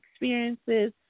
experiences